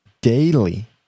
daily